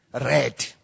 Red